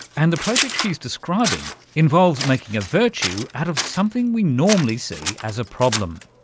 and the project she's describing involves making a virtue out of something we normally see as a problem.